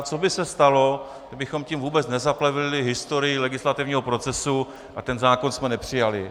Co by se stalo, kdybychom tím vůbec nezaplevelili historii legislativního procesu a ten zákon jsme nepřijali?